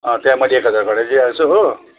त्यहाँ मैले एक हजार घटाई दिइरहेको छु हो